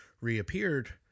reappeared